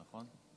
נכון?